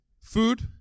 food